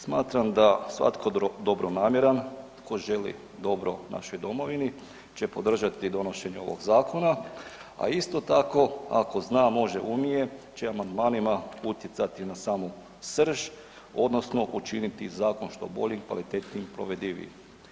Smatram da svatko dobronamjeran, ako želi dobro našoj domovini, će podržati donošenje ovog zakona, a isto tako, ako zna, može, umije, će amandmanima utjecati na samu srž, odnosno učiniti zakon što boljim, kvalitetnijim, provedivijim.